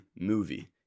movie